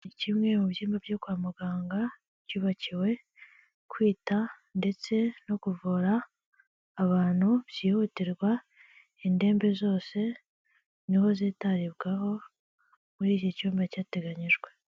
Kimwe mu byumba byo kwa muganga, byubakiwe kwita ndetse no kuvura abantu byihutirwa ,indembe zose ni ho zitaribwaho muri iki cyumba cyateganyijwe.